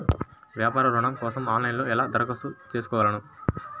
వ్యాపార ఋణం కోసం ఆన్లైన్లో ఎలా దరఖాస్తు చేసుకోగలను?